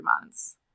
months